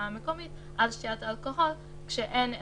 המקומית על שתיית אלכוהול כשאין אלמנט,